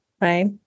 right